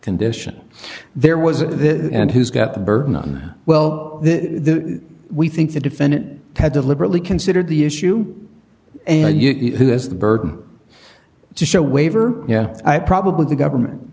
condition there was this and who's got the burden on well we think the defendant had deliberately considered the issue and who has the burden to show waiver yeah i probably the government